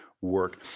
work